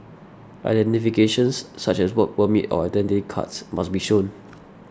identifications such as work permits or Identity Cards must be shown